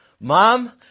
Mom